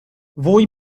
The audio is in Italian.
voi